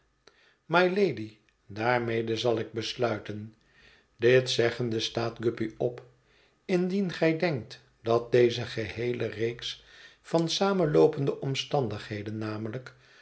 mylady daarmede zal ik besluiten dit zeggende staat guppy op indien gij denkt dat deze geheele reeks van samenloopende omstandigheden namelijk